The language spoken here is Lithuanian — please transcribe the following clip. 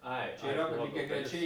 ai čia yra lygiagrečiai